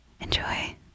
enjoy